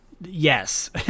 yes